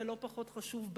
ולא פחות חשוב,